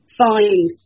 find